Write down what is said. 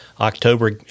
October